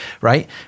right